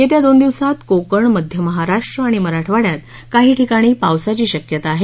येत्या दोन दिवसात कोकण मध्य महाराष्ट्र आणि मराठवाङ्यात काही ठिकाणी पावसाची शक्यता आहे